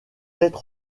être